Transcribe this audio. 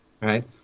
right